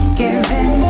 given